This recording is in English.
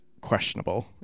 questionable